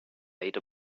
made